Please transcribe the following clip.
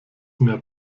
mehr